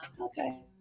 Okay